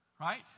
right